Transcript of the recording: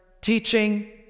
teaching